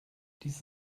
dies